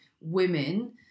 women